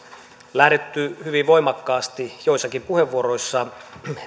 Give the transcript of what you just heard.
lähdetty hyvin voimakkaasti joissakin puheenvuoroissa